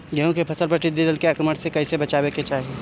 गेहुँ के फसल पर टिड्डी दल के आक्रमण से कईसे बचावे के चाही?